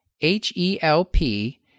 H-E-L-P